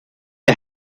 der